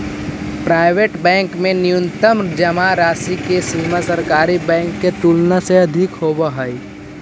private bank में न्यूनतम जमा राशि के सीमा सरकारी बैंक के तुलना में अधिक होवऽ हइ